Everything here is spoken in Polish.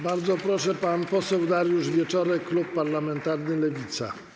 Bardzo proszę, pan poseł Dariusz Wieczorek, klub parlamentarny Lewica.